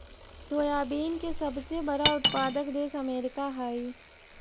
soybean के सबसे बड़ा उत्पादक देश अमेरिका हइ